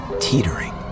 Teetering